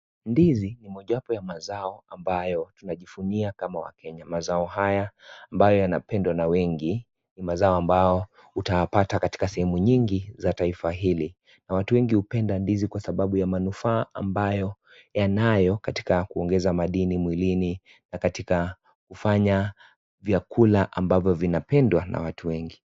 Ndizi ni mojawapo ya mazao ambayo tunajivunia kama wakenya. Mazao haya ambayo yanapendwa na wengi, ni mazao ambayo utayapata katika sehamu nyingi za taifa hili. Na watu wengi hupenda ndizi kwa sababu ya manufaa ambayo yanayo katika kuongeza madini mwilini, na katika kufanya vyakula ambavyo vinapendwa na watu wengi.